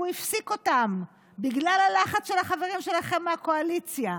והוא הפסיק אותן בגלל הלחץ של החברים שלכם מהקואליציה.